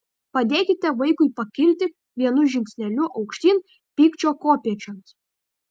padėkite vaikui pakilti vienu žingsneliu aukštyn pykčio kopėčiomis